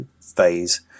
phase